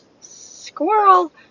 Squirrel